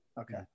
Okay